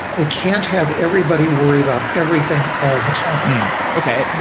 we can't have everybody worry about everything all the time okay. but